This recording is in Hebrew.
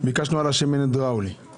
ביקשנו על השמן הדראולי,